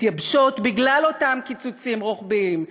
מתייבשות בגלל אותם קיצוצים רוחביים,